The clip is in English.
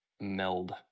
meld